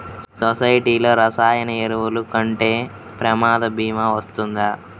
సొసైటీలో రసాయన ఎరువులు కొంటే ప్రమాద భీమా వస్తుందా?